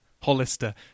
Hollister